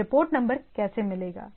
मुझे port number कैसे मिलेगा